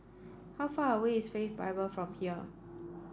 how far away is Faith Bible from here